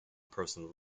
personal